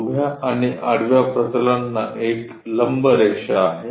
उभ्या आणि आडव्या प्रतलांना एक लंबरेषा आहे